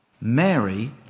Mary